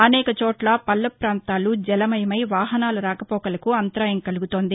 అనేక చోట్ల పల్లపు ప్రాంతాలు జలమయమై వాహనాల రాకపోకలకు అంతరాయం కలుగుతోంది